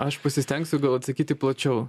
aš pasistengsiu gal atsakyti plačiau